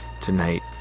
tonight